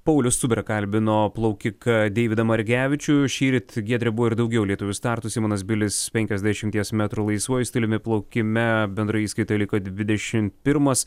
paulius cubera kalbino plaukiką deividą margevičių šįryt giedrė buvo ir daugiau lietuvių startų simonas bilis penkiasdešimties metrų laisvuoju stiliumi plaukime bendroje įskaitoje liko dvidešimt pirmas